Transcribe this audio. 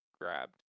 Grabbed